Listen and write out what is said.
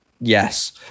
yes